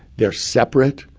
they're separate,